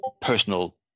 personal